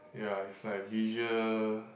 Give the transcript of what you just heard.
ya it's like visual